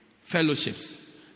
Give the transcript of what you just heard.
fellowships